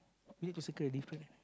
maybe the circle is different ah